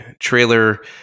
trailer